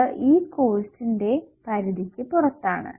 അത് ഈ കോഴ്സിന്റെ പരിധിക്കു പുറത്താണ്